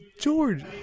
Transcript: George